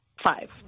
Five